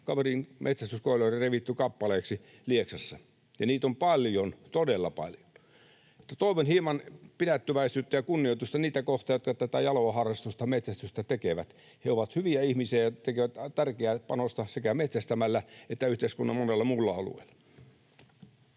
kaverin metsästyskoira oli revitty kappaleiksi Lieksassa. Ja niitä on paljon, todella paljon. Toivon hieman pidättyväisyyttä ja kunnioitusta niitä kohtaan, jotka tätä jaloa harrastusta, metsästystä, tekevät. He ovat hyviä ihmisiä ja tekevät tärkeää panosta sekä metsästämällä että yhteiskunnan monella muulla alueella.